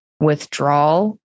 withdrawal